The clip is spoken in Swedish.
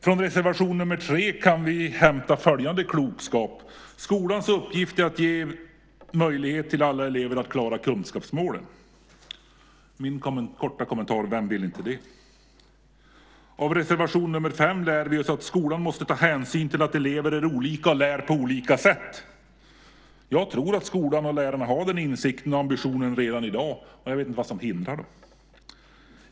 Från reservation nr 3 kan vi hämta följande klokskap: "Skolans uppgift är att ge möjlighet till alla elever att klara kunskapsmålen." Min korta kommentar är: Vem vill inte det? Av reservation nr 5 lär vi oss: "Skolan måste ta hänsyn till att elever är olika och lär på olika sätt." Jag tror att skolorna och lärarna har den insikten och ambitionen redan i dag, och jag vet inte vad som hindrar dem.